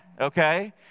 okay